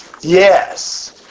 Yes